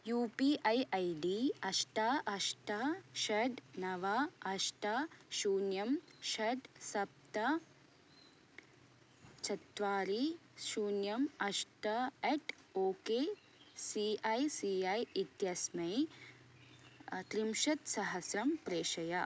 you P I ID अष्ट अष्ट षड् नव अष्ट शून्यं षट् सप्त चत्वारि शून्यम् अष्ट अट् O K C I C I इत्यस्मै त्रिम्शत्सहस्रं प्रेषय